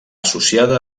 associada